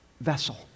vessel